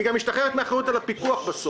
היא גם משתחררת מהאחריות על הפיקוח.